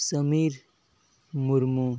Samir Murmu